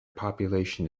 population